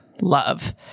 love